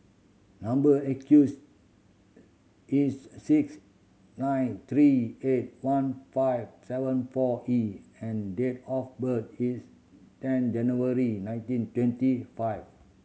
number is six nine three eight one five seven four E and date of birth is ten January nineteen twenty five